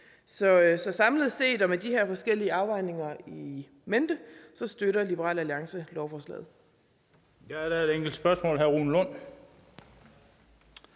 Så samlet set og med de her forskellige afvejninger in mente støtter Liberal Alliance lovforslaget.